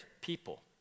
people